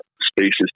spaces